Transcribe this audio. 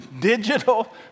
Digital